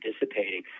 dissipating